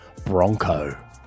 Bronco